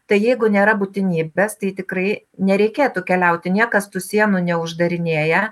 tai jeigu nėra būtinybės tai tikrai nereikėtų keliauti niekas tų sienų neuždarinėja